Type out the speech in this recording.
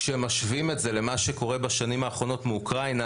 כשמשווים את זה למה שקורה בשנים האחרונות מאוקראינה,